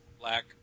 Black